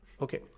Okay